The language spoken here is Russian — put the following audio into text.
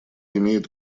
имеет